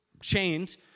chained